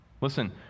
Listen